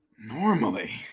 normally